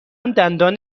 دندان